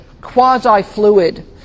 quasi-fluid